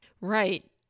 Right